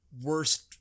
worst